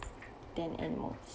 than animals